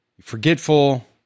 forgetful